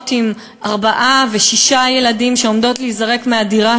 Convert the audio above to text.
אימהות עם ארבעה ושישה ילדים שעומדות להיזרק מהדירה